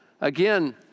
Again